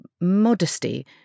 modesty